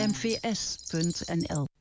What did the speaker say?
Mvs.nl